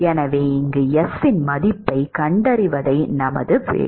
எனவே இங்கு S இன் மதிப்பைக் கண்டறிவதே நமது வேலை